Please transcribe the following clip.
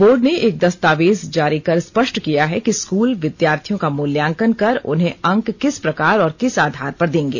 board ने एक दस्तावेज जारी कर स्पष्ट किया है कि स्कूल विद्यार्थियों का मूल्यांकन कर उन्हें अंक किस प्रकार और किस आधार पर देंगे